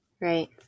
Right